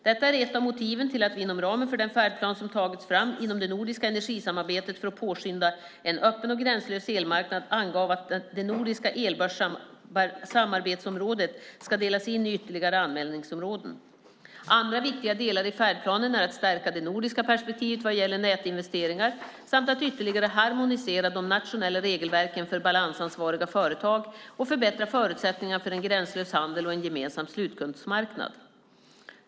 Detta är ett av motiven till att vi inom ramen för den färdplan som tagits fram inom det nordiska energisamarbetet för att påskynda en öppen och gränslös elmarknad angav att det nordiska elbörssamarbetsområdet ska delas in i ytterligare anmälningsområden. Andra viktiga delar i färdplanen är att stärka det nordiska perspektivet vad gäller nätinvesteringar samt att ytterligare harmonisera de nationella regelverken för balansansvariga företag och förbättra förutsättningarna för en gränslös handel och en gemensam slutkundsmarknad.